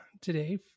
today